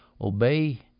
obey